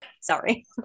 Sorry